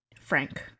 Frank